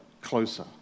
closer